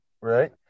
right